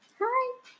Hi